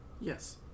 Yes